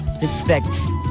respects